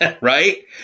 Right